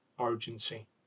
urgency